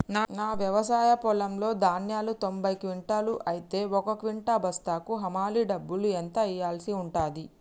నా వ్యవసాయ పొలంలో ధాన్యాలు తొంభై క్వింటాలు అయితే ఒక క్వింటా బస్తాకు హమాలీ డబ్బులు ఎంత ఇయ్యాల్సి ఉంటది?